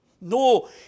No